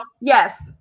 yes